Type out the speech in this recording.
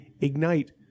Ignite